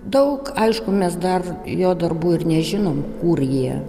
daug aišku mes dar jo darbų ir nežinom kur jie